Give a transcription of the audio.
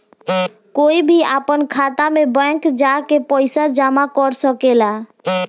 कोई भी आपन खाता मे बैंक जा के पइसा जामा कर सकेला